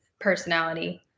personality